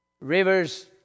rivers